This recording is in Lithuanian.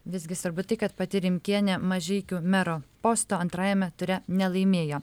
visgi svarbu tai kad pati rimkienė mažeikių mero posto antrajame ture nelaimėjo